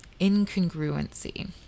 incongruency